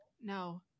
No